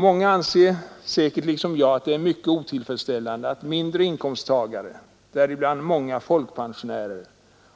Många anser säkert liksom jag att det är mycket otillfredsställande att mindre inkomsttagare, däribland många folkpensionärer,